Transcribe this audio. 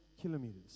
kilometers